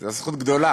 זו זכות גדולה.